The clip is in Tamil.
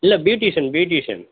இல்லை ப்யூட்டீஷன் ப்யூட்டீஷன்